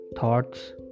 thoughts